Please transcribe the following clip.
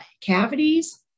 cavities